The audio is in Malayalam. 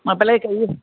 ചെയ്യും